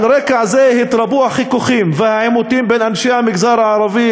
על רקע זה התרבו החיכוכים והעימותים בין אנשי המגזר הערבי"